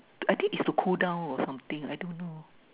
I think it's cool down or something I don't know